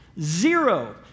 zero